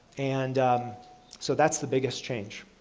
and so, that's the biggest change.